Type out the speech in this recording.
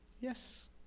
Yes